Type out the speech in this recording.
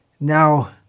now